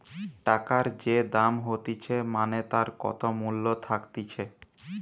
টাকার যে দাম হতিছে মানে তার কত মূল্য থাকতিছে